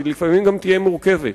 שלפעמים גם תהיה מורכבת,